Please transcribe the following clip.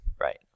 Right